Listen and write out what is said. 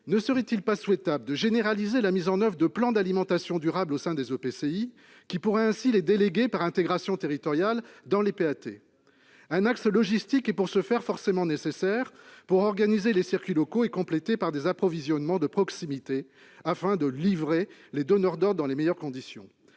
ne serait-il pas souhaitable de généraliser la mise en oeuvre de plans d'alimentation durable au sein des EPCI qui pourraient ainsi les déléguer, par intégration territoriale, dans les PAT ? Dans ce cas, un axe logistique est forcément nécessaire afin d'organiser les circuits locaux et compléter les approvisionnements de proximité pour livrer les donneurs d'ordre dans les meilleures conditions.